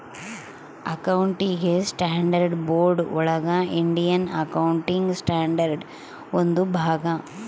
accounting standards board ಒಳಗ Indian accounting standard ಒಂದು ಭಾಗ